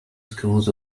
schools